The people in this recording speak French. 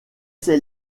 ces